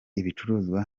ibicuruzwa